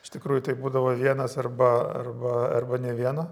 iš tikrųjų tai būdavo vienas arba arba arba nė vieno